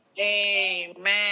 Amen